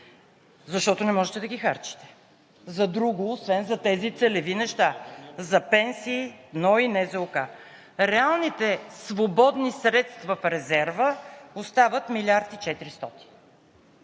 Защото не можете да ги харчите за друго освен за тези целеви неща – за пенсии, НОИ, НЗОК. Реалните свободни средства в резерва остават милиард и 400.